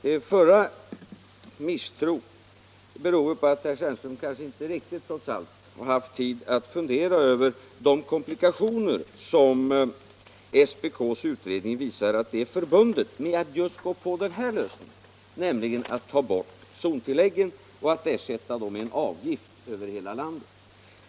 Herr Stjernströms misstro i det första fallet beror kanske på att han trots allt inte har haft tid att riktigt fundera över de komplikationer som statens prisoch kartellnämnds utredning visar är förbundna med att man tar bort zontilläggen och ersätter dem med en avgift över hela landet.